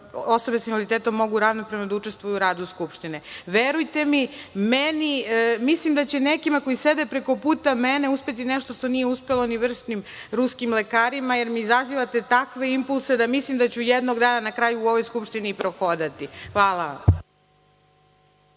osobe sa invaliditetom mogu ravnopravno da učestvuju u radu Skupštine. Verujte mi, mislim da će nekima koji sede preko puta mene uspeti nešto što nije uspelo ni vrsnim ruskim lekarima, jer mi izazivate takve impulse da mislim da ću jednog dana na kraju u ovoj Skupštini i prohodati. Hvala